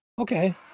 Okay